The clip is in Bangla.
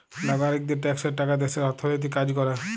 লাগরিকদের ট্যাক্সের টাকা দ্যাশের অথ্থলৈতিক কাজ ক্যরে